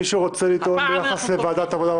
מישהו רוצה לטעון שזה יעבור לוועדת העבודה,